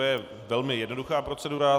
To je velmi jednoduchá procedura.